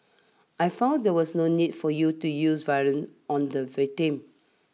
I find there was no need for you to use violence on the victim